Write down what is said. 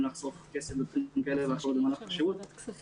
לחסוך כסף בדרכים כאלה ואחרות במהלך השירות.